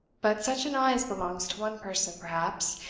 but such an eye as belongs to one person, perhaps,